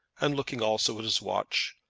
and looking also at his watch,